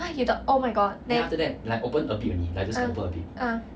!huh! you talk oh my god then uh uh